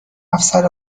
افسر